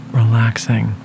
relaxing